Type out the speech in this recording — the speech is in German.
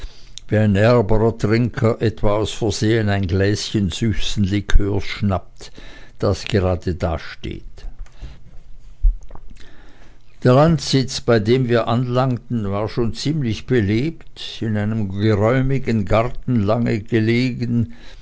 aus versehen ein gläschen süßen likörs schnappt das gerade dasteht der landsitz bei dem wir anlangten war schon ziemlich belebt in einem geräumigen gartenland gelegen